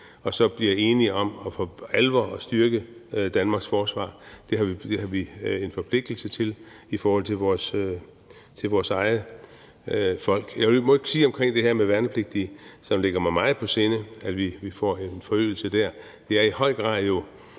og så bliver enige om for alvor at styrke Danmarks forsvar. Det har vi en forpligtelse til i forhold til vores eget folk. Jeg må lige sige omkring det her med værnepligtige, da det ligger mig meget på sinde, at vi får en forøgelse der, at vi i høj grad jo